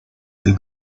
del